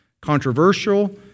controversial